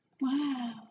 Wow